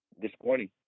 disappointing